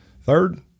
third